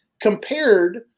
compared